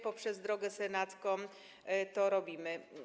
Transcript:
Poprzez drogę senacką to robimy.